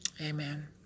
Amen